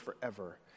forever